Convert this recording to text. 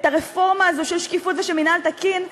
הרפורמה הזאת של שקיפות ושל מינהל תקין,